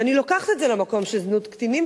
ואני לוקחת את זה למקום של זנות קטינים,